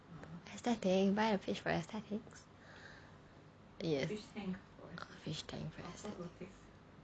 aesthetic you buy a fish for aesthetics